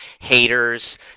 haters